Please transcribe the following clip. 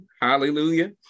Hallelujah